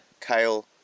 kale